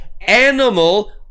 animal